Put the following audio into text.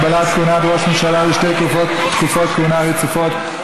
הגבלת כהונת ראש הממשלה לשתי תקופות כהונה רצופות),